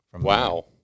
Wow